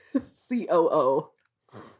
C-O-O